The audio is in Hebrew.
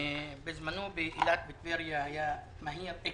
באילת ובטבריה התהליך היה מהיר.